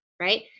right